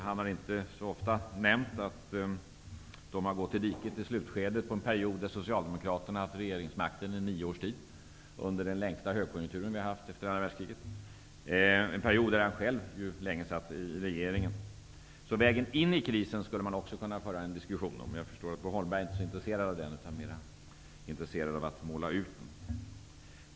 Han har dock inte så ofta nämnt att de har åkt i diket i slutskedet på en period då Socialdemokraterna hade haft regeringsmakten i nio års tid under den längsta högkonjunktur vi har haft efter andra världskriget. Det var en period då han själv länge satt i regeringen. Vägen in i krisen skulle man också kunna föra en diskussion om. Jag förstår att Bo Holmberg inte är så intresserad av det. Han är mera intresserad av att måla ut krisen.